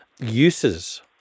uses